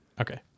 Okay